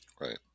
Right